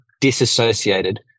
disassociated